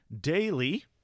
daily